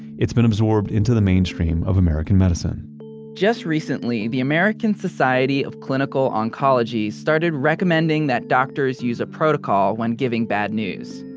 it's been absorbed into the mainstream of american medicine just recently, the american society of clinical oncology started recommending that doctors use a protocol when giving bad news.